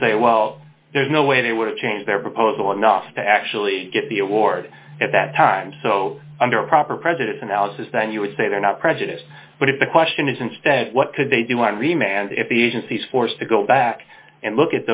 can say well there's no way they would have changed their proposal enough to actually get the award at that time so under prop president's analysis then you would say they're not prejudiced but if the question is instead what could they do want to remain and if the agency's forced to go back and look